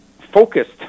focused